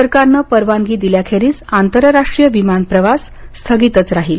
सरकारनं परवानगी दिल्याखेरीज आंतरराष्ट्रीय विमान प्रवास स्थगितच राहील